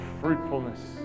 fruitfulness